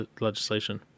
legislation